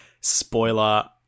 Spoiler